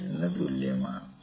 288 ന് തുല്യമാണ്